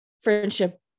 friendship